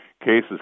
Cases